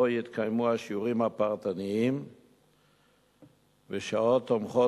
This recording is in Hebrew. שבו יתקיימו השיעורים הפרטניים ושעות תומכות